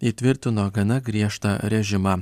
įtvirtino gana griežtą režimą